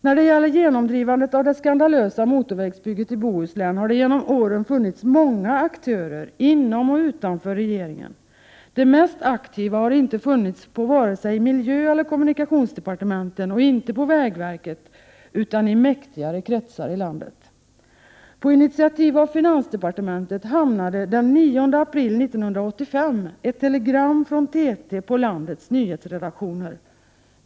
När det gäller genomdrivandet av det skandalösa motorvägsbygget i Bohuslän har det genom åren funnits många aktörer inom och utanför regeringen. De mest aktiva har inte funnits på vare sig miljödepartementet eller kommunikationsdepartementet och inte heller på vägverket utan i mäktigare kretsar i landet. På initiativ av finansdepartementet hamnade den 9 april 1985 ett telegram från TT på landets nyhetsredaktioner.